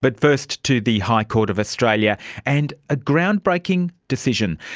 but first to the high court of australia and a ground-breaking decision.